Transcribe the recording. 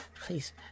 Please